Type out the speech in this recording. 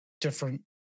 different